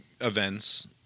events